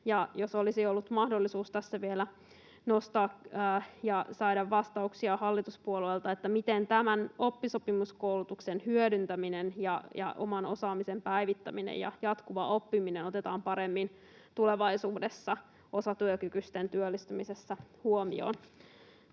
jos olisi ollut mahdollisuus tässä vielä nostaa ja saada vastauksia hallituspuolueelta siihen, miten tämän oppisopimuskoulutuksen hyödyntäminen ja oman osaamisen päivittäminen ja jatkuva oppiminen otetaan paremmin tulevaisuudessa osatyökykyisten työllistymisessä huomioon.